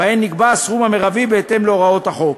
ובהן נקבע הסכום המרבי בהתאם להוראות החוק.